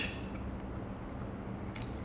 eh what's the plot of the story